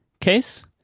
case